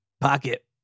pocket